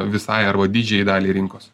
visai arba didžiajai daliai rinkos